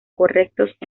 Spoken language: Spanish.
correctos